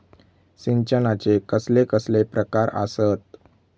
सिंचनाचे कसले कसले प्रकार आसत?